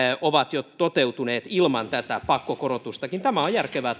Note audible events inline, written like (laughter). ovat jo toteutuneet ilman tätä pakkokorotustakin tämä on järkevää (unintelligible)